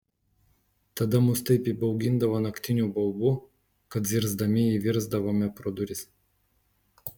tada mus taip įbaugindavo naktiniu baubu kad zirzdami įvirsdavome pro duris